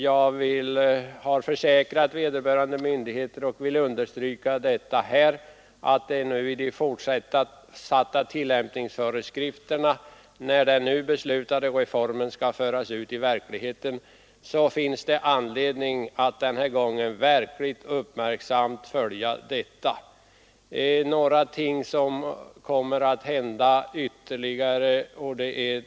Jag har försäkrat vederbörande myndigheter — och jag vill understryka det även här — att det finns anledning att mycket uppmärksamt följa ärendet när den reform vi nu fattar beslut om skall föras ut i verkligheten genom de fortsatta tillämpningsföreskrifterna. Ytterligare några ändringar kommer att genomföras.